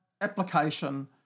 application